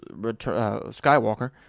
Skywalker